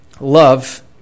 love